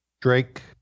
Drake